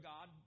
God